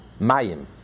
Mayim